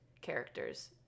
characters